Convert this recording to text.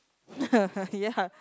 ya